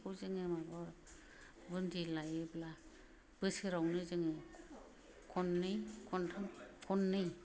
अमाखौ जोङो माबा बुन्दि लायोब्ला बोसोरावनो जोङो खन्नै खन्थाम